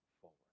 forward